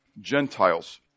Gentiles